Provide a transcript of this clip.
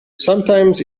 sometimes